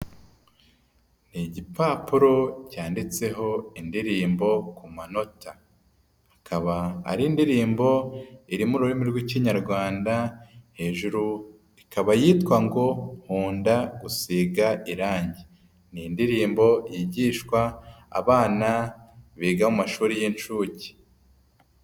Ni igipapuro cyanditseho indirimbo ku manota, akaba ari indirimbo irimo ururimi rw'ikinyarwanda, hejuru ikaba yitwa ngo nkunda gusiga irangi, ni indirimbo yigishwa abana biga amashuri y'inshuke.